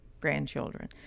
grandchildren